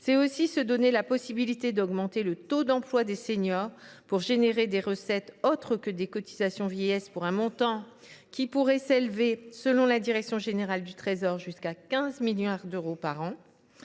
C’est aussi se donner la possibilité d’augmenter le taux d’emploi des seniors pour créer des recettes autres que des cotisations vieillesse pour un montant qui pourrait atteindre, selon la direction générale du Trésor, 15 milliards d’euros par an.